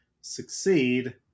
succeed